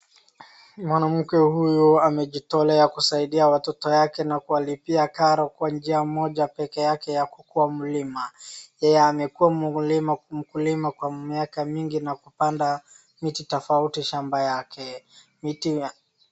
Mwanamke huyu amejitolea kusaidia watoto wake na kuwalipia karo kwa njia moja ya kukuwa mkulima. Yeye amekuwa mkulima kwa miaka mingi na ampanda miti tofauti shamba yake.